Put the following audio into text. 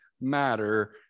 matter